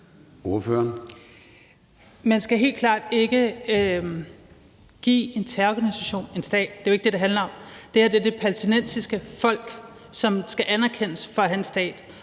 Man skal helt klart ikke give en terrororganisation en stat. Det er jo ikke det, det handler om. Det her er det palæstinensiske folk, som skal anerkendes og have en stat.